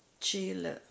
Chile